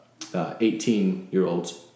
18-year-olds